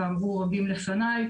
ואמרו רבים לפניי,